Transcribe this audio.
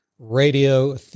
Radio